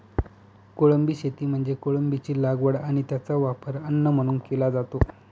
कोळंबी शेती म्हणजे कोळंबीची लागवड आणि त्याचा वापर अन्न म्हणून केला जातो